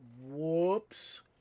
Whoops